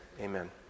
Amen